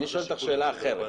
אני שואל אותך שאלה אחרת.